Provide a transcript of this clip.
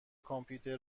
کامپیوتر